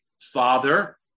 father